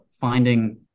finding